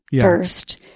first